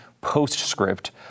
postscript